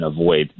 avoid